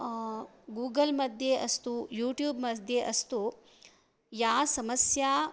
Google मध्ये अस्तु YouTube मध्ये अस्तु या समस्या